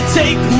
take